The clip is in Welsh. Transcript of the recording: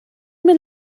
mynd